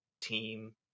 team